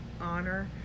honor